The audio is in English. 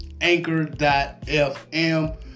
anchor.fm